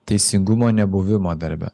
teisingumo nebuvimo darbe